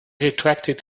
retracted